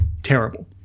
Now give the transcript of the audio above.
Terrible